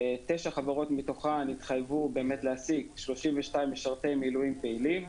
תשע חבורת מתוכן התחייבו להשיג 32 משרתי מילואים פעילים.